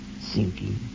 sinking